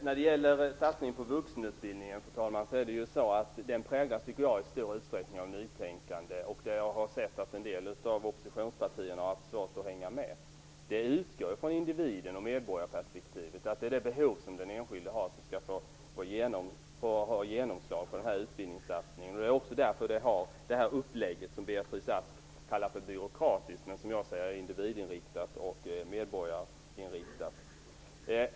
Fru talman! Satsningen på vuxenutbildningen präglas i stor utsträckning av nytänkande, och jag har noterat att en del av oppositionspartierna har haft svårt att hänga med. Denna satsning utgår från individen och medborgarperspektivet. Det är det behov som den enskilde har som skall ha genomslag på denna utbildningssatsning. Det också därför som den har detta upplägg som Beatrice Ask kallar för byråkratiskt, men som jag kallar för individ och medborgarinriktat.